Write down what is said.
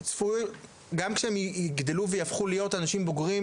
גם כאשר הם ייגדלו ויהפכו להיות אנשים בוגרים,